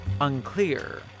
Unclear